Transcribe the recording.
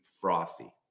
frothy